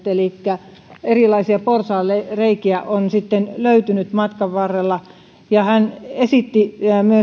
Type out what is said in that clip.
elikkä erilaisia porsaanreikiä on sitten löytynyt matkan varrella hän esitti